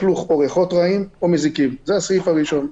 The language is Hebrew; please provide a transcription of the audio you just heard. לכלוך או ריחות רעים או מזיקים." זה הסעיף הראשון.